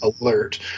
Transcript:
alert